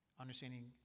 understanding